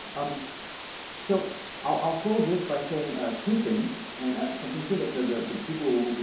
um so i'll close this by saying ah two things. and i'm seeing the the people